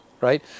right